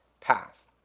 path